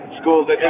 schools